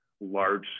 large